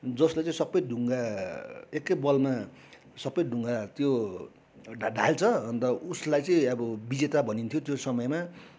जसले चाहिँ सबै ढुङ्गा एकै बलमा सबै ढुङ्गा त्यो ढा ढाल्छ अन्त उसलाई चाहिँ अब विजेता भनिन्थ्यो त्यो समयमा